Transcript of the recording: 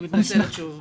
אני מתנצלת שוב.